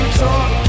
talk